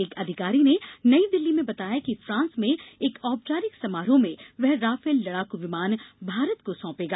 एक अधिकारी ने नई दिल्ली में बताया कि फ्रांस में एक औपचारिक समारोह में वह राफेल लड़ाकू विमान भारत को सौंपेगा